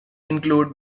include